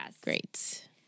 great